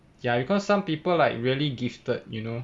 ya because some people like really gifted you know